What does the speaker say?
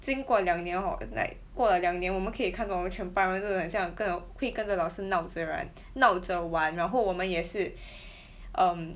经过两年 hor like 过了两年我们可以看 hor 全班人很像跟老会跟老师闹着燃 闹着玩然后我们也是 um